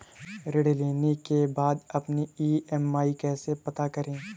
ऋण लेने के बाद अपनी ई.एम.आई कैसे पता करें?